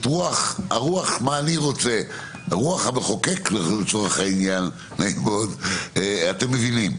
רוח המחוקק אתם מבינים,